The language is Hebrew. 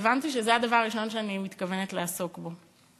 הבנתי שזה הדבר הראשון שאני מתכוונת לעסוק בו.